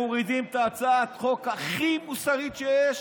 ומורידים את הצעת החוק הכי מוסרית שיש,